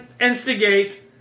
instigate